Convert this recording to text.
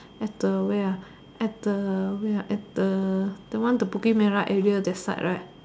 at the where at the where at the the one the Bukit-Merah area that side right